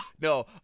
no